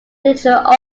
digital